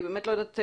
אני באמת לא יודעת,